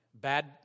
bad